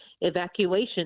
evacuation